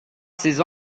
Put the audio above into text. ses